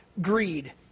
greed